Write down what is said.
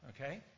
okay